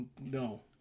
No